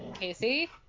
Casey